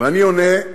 ואני עונה: